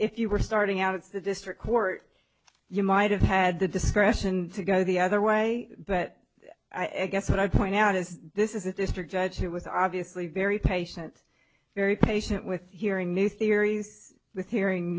if you were starting out of the district court you might have had the discretion to go the other way but i guess what i'd point out is this is a district judge who was obviously very patient very patient with hearing new theories with hearing